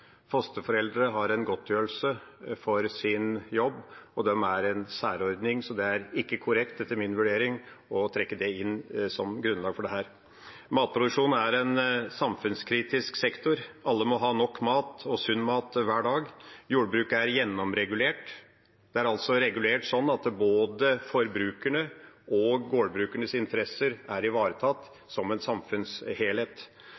Fosterforeldre har en godtgjørelse for sin jobb, og det er en særordning, så det er ikke korrekt – etter min vurdering – å trekke inn det som grunnlag for dette. Matproduksjon er en samfunnskritisk sektor. Alle må ha nok mat og sunn mat hver dag. Jordbruket er gjennomregulert. Det er regulert sånn at både forbrukernes og gårdbrukernes interesser er ivaretatt